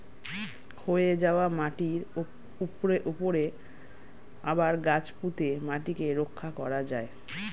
ক্ষয়ে যাওয়া মাটির উপরে আবার গাছ পুঁতে মাটিকে রক্ষা করা যায়